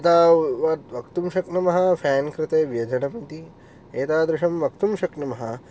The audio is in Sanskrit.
यदा वक्तुं शक्नुमः फ़ेन् कृते व्यजनम् इति एतादृशं वक्तुं शक्नुमः